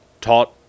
taught